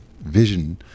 vision